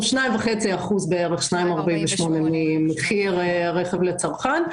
כ-2.48% ממחיר רכב לצרכן.